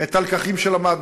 את הלקחים שלמדנו.